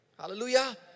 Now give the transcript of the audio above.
Hallelujah